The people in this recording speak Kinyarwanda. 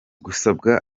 gusabwa